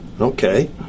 Okay